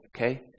okay